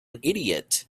idiot